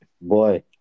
Boy